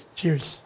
cheers